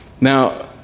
Now